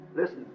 Listen